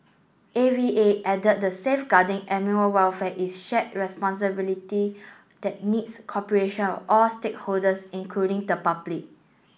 A V A added the safeguarding animal welfare is shared responsibility that needs cooperation of all stakeholders including the public